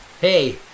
Hey